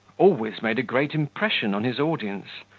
always made a great impression on his audience,